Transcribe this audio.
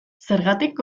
zergatik